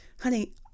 Honey